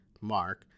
Mark